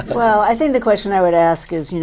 well, i think the question i would ask is, you know